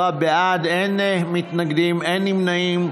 110 בעד, אין מתנגדים, אין נמנעים.